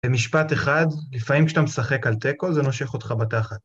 במשפט אחד, לפעמים כשאתה משחק על תיקו זה נושך אותך בתחת.